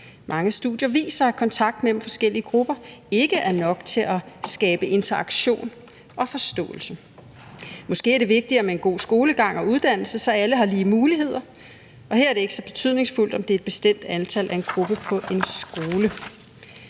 Mange studier viser, at kontakt mellem forskellige grupper ikke er nok til at skabe interaktion og forståelse. Måske er det vigtigere med god skolegang og uddannelse, så alle har lige muligheder. Og her er det ikke så betydningsfuldt, om der er et bestemt antal af en gruppe på en skole.«